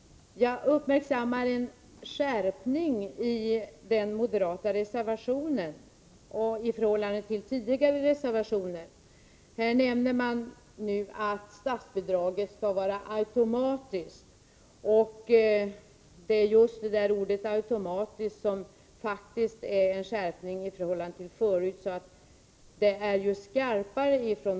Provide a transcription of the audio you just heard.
Jag uppmärksammade en skärpning i den moderata reservationen i förhållande till tidigare reservationer. Nu nämner man att statsbidraget skall vara automatiskt, och det är just ordet ”automatiskt” som faktiskt innebär en skärpning i förhållande till förut.